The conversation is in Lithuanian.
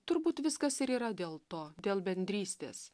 turbūt viskas ir yra dėl to dėl bendrystės